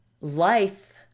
life